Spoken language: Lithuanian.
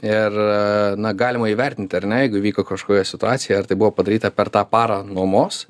ir na galima įvertinti ar ne jeigu įvyko kažkokia situacija ar tai buvo padaryta per tą parą nuomos